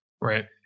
Right